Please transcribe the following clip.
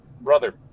brother